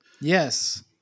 Yes